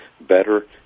better